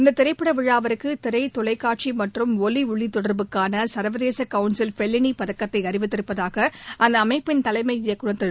இந்த திரைப்பட விழாவிற்கு திரை தொலைக்காட்சி மற்றும் ஒலி ஒளி தொடர்புக்கான சர்வதேச கவுன்சில் ஃபெல்லினி பதக்கத்தை அறிவித்திருப்பதாக அந்த அமைப்பின் தலைமை இயக்குநர் திரு